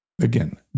again